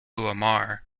omar